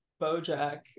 BoJack